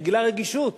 גילה רגישות: